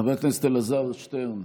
חבר הכנסת אלעזר שטרן,